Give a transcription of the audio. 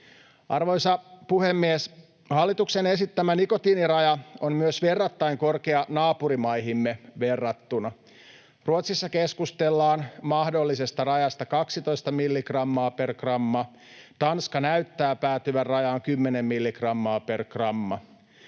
Arvoisa puhemies! Hallituksen esittämä nikotiiniraja on myös verrattain korkea naapurimaihimme verrattuna. Ruotsissa keskustellaan mahdollisesta rajasta 12 milligrammaa per gramma. Tanska näyttää päätyvän rajaan 10 milligrammaa